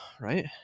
right